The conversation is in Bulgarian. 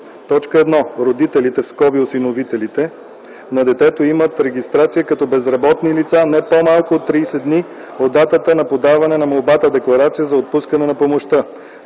че: 1. родителите (осиновителите) на детето имат регистрация като безработни лица не по-малко от 30 дни от датата на подаване на молбата-декларация за отпускане на помощта;